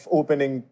opening